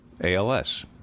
ALS